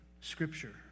Scripture